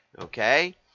okay